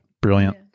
Brilliant